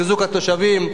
חיזוק התושבים,